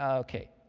okay.